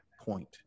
point